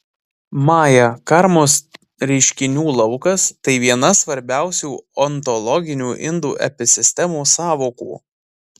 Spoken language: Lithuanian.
maja karmos reiškinių laukas tai viena svarbiausių ontologinių indų epistemos sąvokų